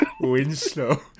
Winslow